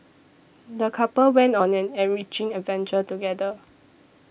the couple went on an enriching adventure together